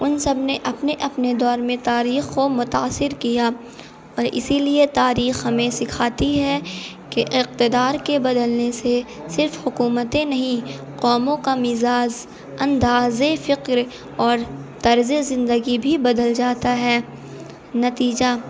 ان سب نے اپنے اپنے دور میں تاریخ کو متاثر کیا اور اسی لیے تاریخ ہمیں سکھاتی ہے کہ اقتدار کے بدلنے سے صرف حکومتیں نہیں قوموں کا مزاج انداز فکر اور طرز زندگی بھی بدل جاتا ہے نتیجہ